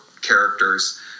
characters